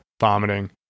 vomiting